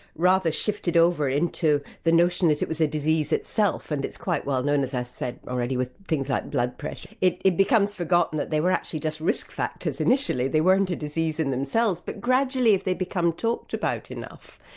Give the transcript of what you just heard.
rather shifted over into the notion that it was a disease itself, and it's quite well-known as i've said already, with things like ah blood pressure. it it becomes forgotten that they were actually just risk factors. initially they weren't a disease in themselves, but gradually as they become talked about enough,